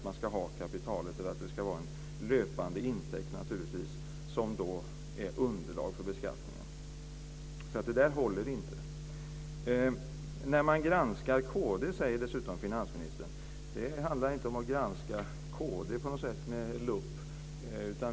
Man ska ha kapitalet, eller så ska det vara en löpande intäkt som är underlag för beskattningen. Det håller inte. Finansministern talar om vad man ser när man granskar kd. Det handlar inte på något sätt om att granska kd med lupp.